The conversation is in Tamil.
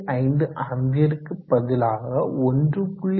5 ஆம்பியருக்கு பதிலாக 1